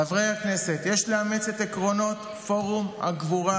חברי הכנסת, יש לאמץ את עקרונות פורום הגבורה,